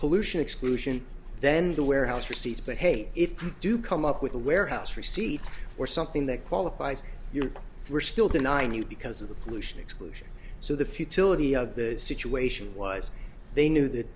pollution exclusion then the warehouse proceeds but hey if you do come up with a warehouse receipt or something that qualifies you know we're still denying you because of the pollution exclusion so the futility of the situation was they knew that